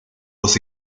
los